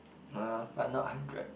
no but not hundred